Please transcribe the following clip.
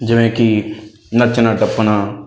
ਜਿਵੇਂ ਕਿ ਨੱਚਣਾ ਟੱਪਣਾ